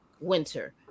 winter